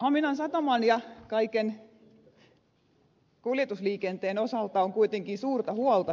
haminan sataman ja kaiken kuljetusliikenteen osalta on kuitenkin suurta huolta